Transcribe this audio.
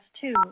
two